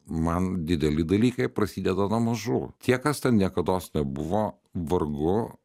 man dideli dalykai prasideda nuo mažų tie kas ten niekados nebuvo vargu